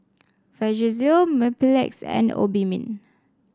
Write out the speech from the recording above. Vagisil Mepilex and Obimin